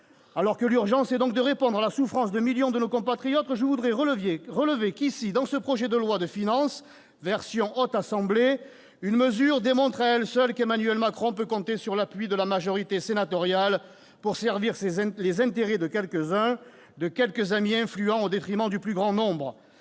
Alors que l'urgence est de répondre à la souffrance de millions de nos compatriotes, je voudrais souligner combien une mesure de ce projet de loi de finances version « Haute Assemblée » montre qu'Emmanuel Macron peut compter sur l'appui de la majorité sénatoriale pour servir les intérêts de quelques-uns, de quelques amis influents, au détriment du plus grand nombre.